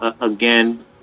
again